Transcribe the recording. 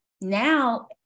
Now